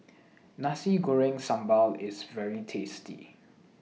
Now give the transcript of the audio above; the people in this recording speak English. Nasi Goreng Sambal IS very tasty